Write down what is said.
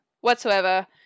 whatsoever